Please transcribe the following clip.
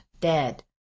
dead